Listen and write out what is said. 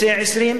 צריך להיות בן 20,